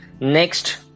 Next